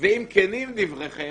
וזה גם לא מפסיק.